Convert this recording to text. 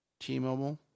T-Mobile